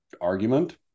argument